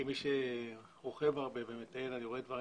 כמי שרוכב הרבה ומטייל אני רואה דברים